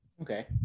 okay